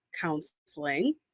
counseling